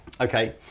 Okay